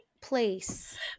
place